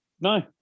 No